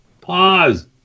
pause